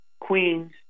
Queens